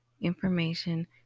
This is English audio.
information